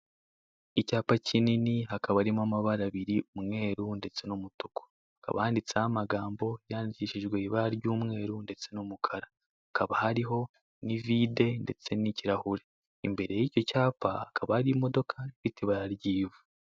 Icyapa kinini hakaba harimo amabara abiri umweru ndetse n'umutuku hakaba handitseho amagambo yandikishijwe ibara ry'umweru ndetse n'umukara hakaba hariho n'ivide ndetse n'ikirahure. Imbere y'icyo cyapa hakaba hari imodoka ifite ibara ry'ivu